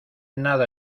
nada